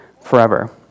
forever